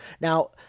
now